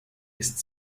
ist